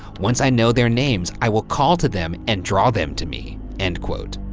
once i know their names, i will call to them and draw them to me, end quote.